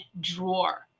drawer